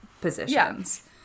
positions